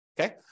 okay